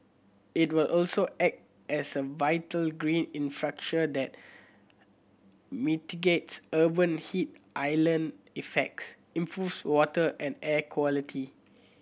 it will also act as a vital green infrastructure that mitigates urban heat island effects improves water and air quality